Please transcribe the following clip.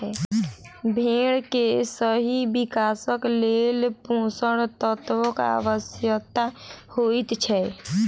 भेंड़ के सही विकासक लेल पोषण तत्वक आवश्यता होइत छै